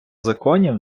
законів